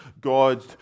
God